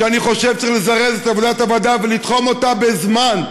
אני חושב שצריך לזרז את עבודת הוועדה ולתחום אותה בזמן,